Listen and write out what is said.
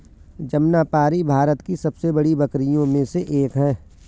जमनापारी भारत की सबसे बड़ी बकरियों में से एक है